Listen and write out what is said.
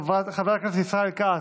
חבר הכנסת ישראל כץ,